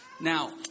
Now